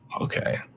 Okay